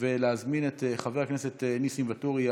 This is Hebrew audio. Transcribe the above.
ולהזמין את חבר הכנסת ניסים ואטורי.